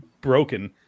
broken